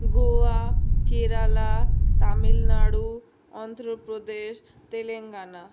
Goa Kerala Tamil Nadu Andhra Pradesh Telangana